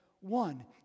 one